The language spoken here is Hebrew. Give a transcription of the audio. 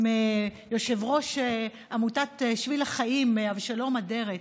יושב-ראש עמותת בשביל החיים אבשלום אדרת,